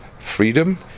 freedom